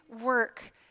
work